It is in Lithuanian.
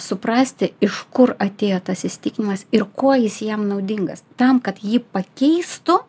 suprasti iš kur atėjo tas įsitikinimas ir kuo jis jiem naudingas tam kad jį pakeistų